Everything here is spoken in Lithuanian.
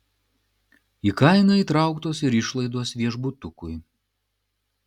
į kainą įtrauktos ir išlaidos viešbutukui